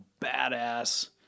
badass